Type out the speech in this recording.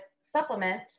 supplement